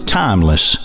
timeless